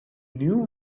knew